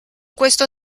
questo